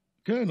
כן,